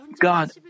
God